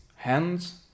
hands